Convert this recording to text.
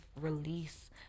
release